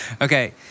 Okay